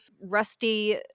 rusty